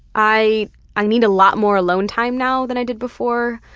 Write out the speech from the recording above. i i need a lot more alone time now than i did before.